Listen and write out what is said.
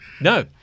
No